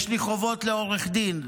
יש לי חובות לעורך דין.